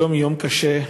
היום יום קשה,